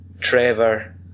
Trevor